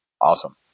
awesome